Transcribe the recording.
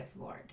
Lord